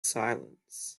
silence